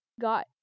got